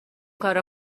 کار